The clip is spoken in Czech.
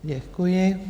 Děkuji.